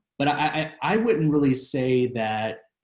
but i wouldn't really say that